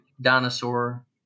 dinosaur